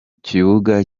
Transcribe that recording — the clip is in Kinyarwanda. kibuga